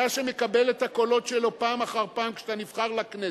אתה שמקבל את הקולות שלו פעם אחר פעם כשאתה נבחר לכנסת,